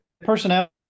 personality